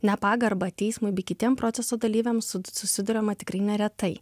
nepagarba teismui bei kitiems proceso dalyviam su susiduriama tikrai neretai